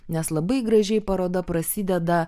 nes labai gražiai paroda prasideda